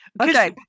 Okay